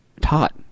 taught